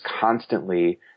constantly